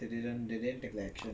they didn't they didn't take action